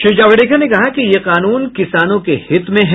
श्री जावड़ेकर ने कहा कि ये कानून किसानों के हित में है